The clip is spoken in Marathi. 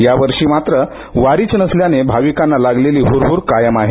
यावर्षी मात्र वारीच नसल्याने भाविकांना लागलेली हुरहूर कायम आहे